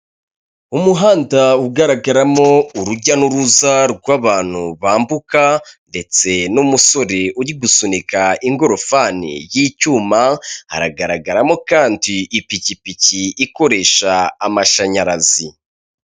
Umuhanda ugaragaramo urujya n'uruza rw'abantu bambuka ndetse n'umusore uri gusunika ingorofani y'icyuma, haragaragaramo kandi ipikipiki ikoresha amashanyarazi.